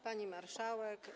Pani Marszałek!